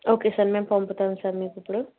okay sir మేము పంపుతాం sir మీకిప్పుడు